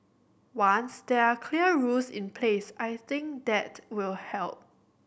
once there are clear rules in place I think that will help